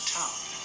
town